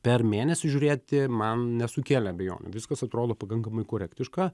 per mėnesį žiūrėti man nesukėlė abejonių viskas atrodo pakankamai korektiška